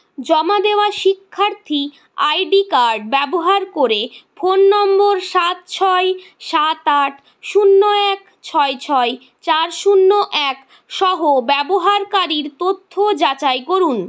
জমা দেওয়া শিক্ষার্থী আই ডি কার্ড ব্যবহার করে ফোন নম্বর সাত ছয় সাত আট শূন্য এক ছয় ছয় চার শূন্য এক সহ ব্যবহারকারীর তথ্য যাচাই করুন